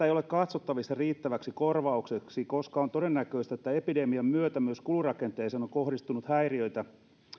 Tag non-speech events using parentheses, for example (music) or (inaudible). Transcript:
(unintelligible) ei ole katsottavissa riittäväksi korvaukseksi koska on todennäköistä että epidemian myötä myös kulurakenteeseen on kohdistunut häiriöitä